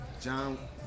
John